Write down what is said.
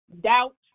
doubt